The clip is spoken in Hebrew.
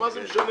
מה זה משנה?